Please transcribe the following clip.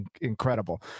incredible